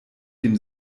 dem